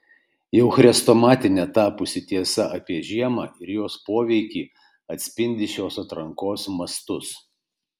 jau chrestomatine tapusi tiesa apie žiemą ir jos poveikį atspindi šios atrankos mastus